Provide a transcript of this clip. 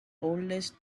oldest